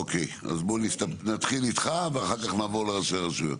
אוקיי אז בוא נתחיל איתך ואחר כך נעבור לראשי הרשויות.